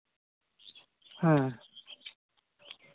ᱦᱮᱸ